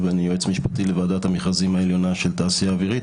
ואני יועץ משפטי לוועדת המכרזים העליונה של התעשייה האווירית.